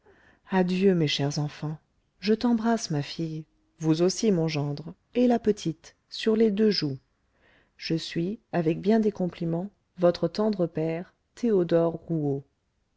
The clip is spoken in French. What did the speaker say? adieu mes chers enfants je t'embrasse ma fille vous aussi mon gendre et la petite sur les deux joues je suis avec bien des compliments votre tendre père theodore